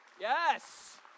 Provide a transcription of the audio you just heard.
Yes